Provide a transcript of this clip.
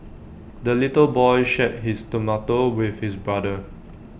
the little boy shared his tomato with his brother